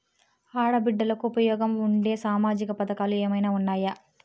ఆడ బిడ్డలకు ఉపయోగం ఉండే సామాజిక పథకాలు ఏమైనా ఉన్నాయా?